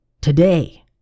today